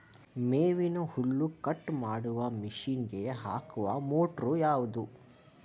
ಮೇವಿನ ಹುಲ್ಲು ಕಟ್ ಮಾಡುವ ಮಷೀನ್ ಗೆ ಹಾಕುವ ಮೋಟ್ರು ಯಾವುದು?